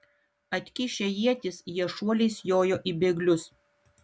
atkišę ietis jie šuoliais jojo į bėglius